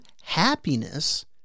happiness